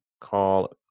call